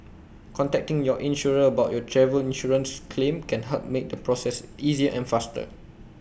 contacting your insurer about your travel insurance claim can help make the process easier and faster